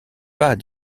pas